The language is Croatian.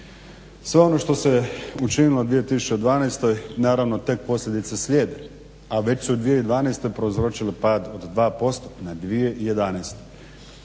Sve ono što se učinilo 2012. naravno te posljedice slijede, a već su 2012. prouzročile pad od 2% na 2011.